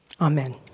Amen